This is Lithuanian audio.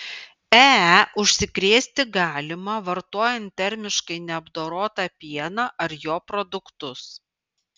ee užsikrėsti galima vartojant termiškai neapdorotą pieną ar jo produktus